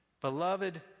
beloved